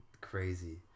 crazy